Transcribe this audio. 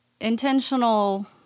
intentional